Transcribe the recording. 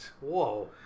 Whoa